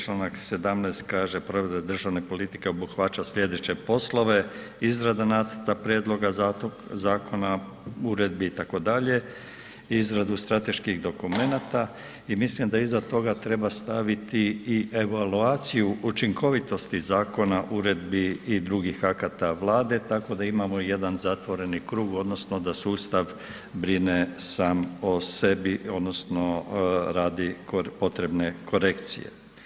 Članak 17. kaže provedba državne politike obuhvaća slijedeće poslove, izrada nacrta prijedloga zakona, uredbi itd., izradu strateških dokumenata i mislim da iza toga treba staviti i evaluaciju učinkovitosti zakona, uredbi i drugih akata Vlada tako da imamo jedan zatvoreni krug odnosno da sustav brine sam o sebi odnosno radi potrebne korekcije.